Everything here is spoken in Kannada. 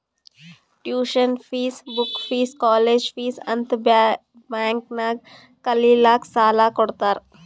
tuition fees, book fees, college fees ಅಂತ್ ಬ್ಯಾಂಕ್ ನಾಗ್ ಕಲಿಲ್ಲಾಕ್ಕ್ ಸಾಲಾ ಕೊಡ್ತಾರ್